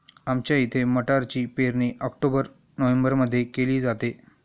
आमच्या इथे मटारची पेरणी ऑक्टोबर नोव्हेंबरमध्ये केली जाते